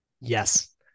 Yes